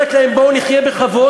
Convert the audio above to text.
שאומרת להם: בואו נחיה בכבוד?